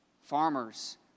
Farmers